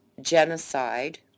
genocide